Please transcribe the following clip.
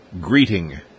greeting